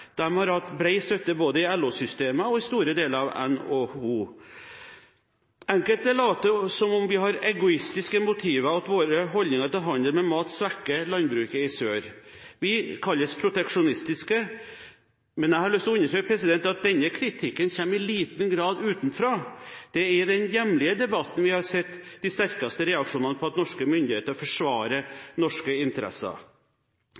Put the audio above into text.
har hatt bred støtte både i LO-systemet og i stor deler av NHO. Enkelte later som at vi har egoistiske motiver, og at våre holdninger til handel med mat svekker landbruket i sør. Vi kalles proteksjonistiske, men jeg har lyst til å understreke at denne kritikken i liten grad kommer utenfra. Det er i den hjemlige debatten vi har sett de sterkeste reaksjonene på at norske myndigheter